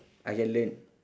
I can learn